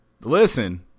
Listen